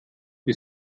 wir